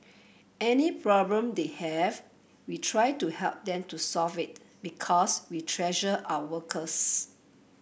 any problem they have we try to help them to solve it because we treasure our workers